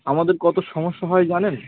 আমাদের কত সমস্যা হয় জানেন